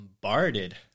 bombarded